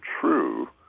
true